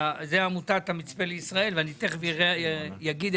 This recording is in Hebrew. עמותת המצפה לישראל ואני תכף אומר מה